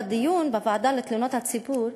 בדיון בוועדה לתלונות הציבור,